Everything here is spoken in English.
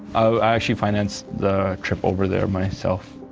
i actually financed the trip over there myself.